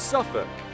Suffolk